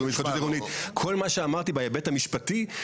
כל מה שאמרתי בהיבט המשפטי,